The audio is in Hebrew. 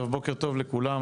בוקר טוב לכולם.